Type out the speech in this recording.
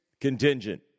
contingent